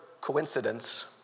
coincidence